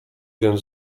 więc